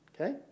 Okay